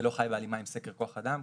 שלא חי בהלימה עם סקר כוח אדם.